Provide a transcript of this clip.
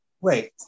Wait